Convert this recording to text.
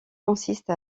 consiste